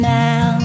now